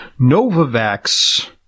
Novavax